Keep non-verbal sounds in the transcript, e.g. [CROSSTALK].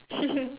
[LAUGHS]